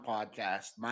Podcast